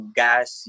gas